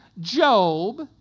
Job